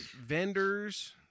vendors